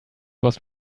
was